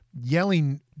yelling